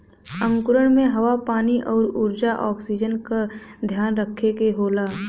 अंकुरण में हवा पानी आउर ऊर्जा ऑक्सीजन का ध्यान रखे के होला